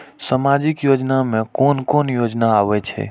सामाजिक योजना में कोन कोन योजना आबै छै?